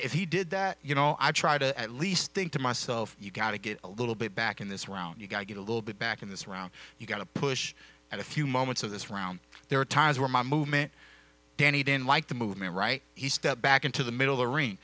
if he did that you know i try to at least think to myself you got to get a little bit back in this round you got to get a little bit back in this round you've got to push and a few moments of this round there are times where my movement danny didn't like the movement right he stepped back into the middle the rain